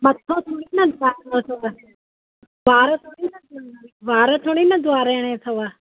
मथो थोरी न धोआरिणा अथव वार थोरी न धुइणा अथव वार थोरी न धोआरिणा अथव